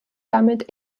damit